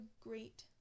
great